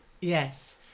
Yes